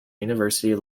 university